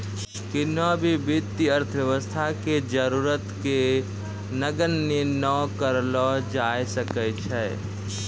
किन्हो भी वित्तीय अर्थशास्त्र के जरूरत के नगण्य नै करलो जाय सकै छै